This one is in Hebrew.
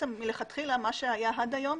מלכתחילה מה שהיה עד היום,